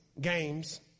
games